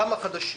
גם החדשים.